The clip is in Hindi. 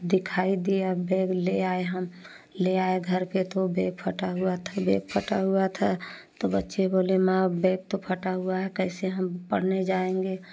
दिखाए दिया बैग ले आए हम ले आए घर पर तो बैग फटा हुआ था बैग फटा हुआ था तो बच्चे बोले मा बैग तो फटा हुआ है कैसे हम पढ़ने जाएँगे